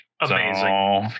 Amazing